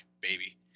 baby